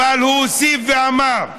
הוסיף ואמר: